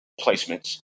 placements